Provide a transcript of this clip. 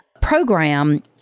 program